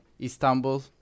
Istanbul